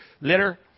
litter